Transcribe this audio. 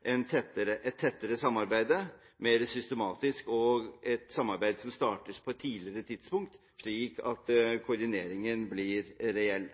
et tettere samarbeid – mer systematisk – og et samarbeid som startes på et tidligere tidspunkt, slik at koordineringen blir reell.